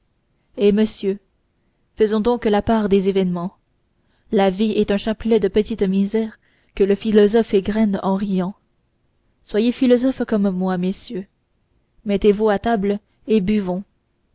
eh messieurs faisons donc la part des événements la vie est un chapelet de petites misères que le philosophe égrène en riant soyez philosophes comme moi messieurs mettez-vous à table et buvons